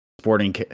Sporting